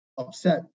upset